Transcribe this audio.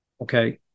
Okay